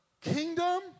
kingdom